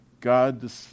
God